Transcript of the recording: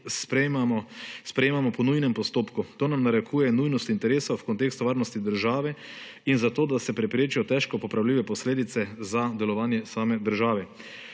sprejemamo po nujnem postopku. To nam narekuje nujnost interesa v kontekstu varnosti države in zato, da se preprečijo težko popravljive posledice za delovanje same države.